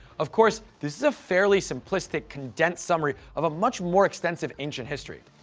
of course, this is a fairly simplistic, condensed summary of a much more extensive ancient history.